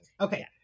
Okay